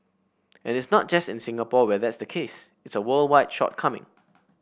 and it's not just in Singapore where that's the case it's a worldwide shortcoming